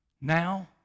Now